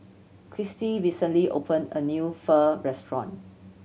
Christy recently opened a new Pho restaurant